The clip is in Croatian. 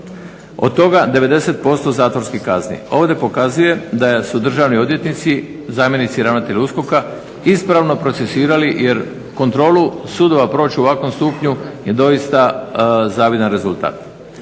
od toga 90% zatvorskih kazni. Ovdje pokazuje da su državni odvjetnici i zamjenici ravnatelja USKOK-a ispravno procesuirali jer kontrolu sudova proći u ovakvom stupnju je doista zavidan rezultat.